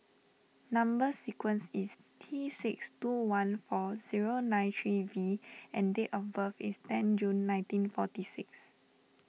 Number Sequence is T six two one four zero nine three V and date of birth is tenth June nineteen forty six